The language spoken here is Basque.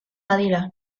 badira